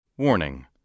Warning